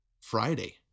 Friday